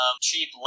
cheap